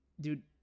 Dude